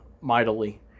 mightily